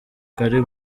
kari